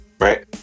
right